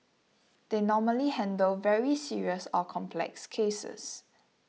they normally handle very serious or complex cases